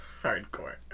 Hardcore